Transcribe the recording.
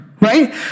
right